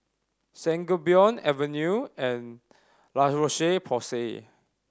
Sangobion Avenue and La Roche Porsay